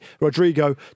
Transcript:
Rodrigo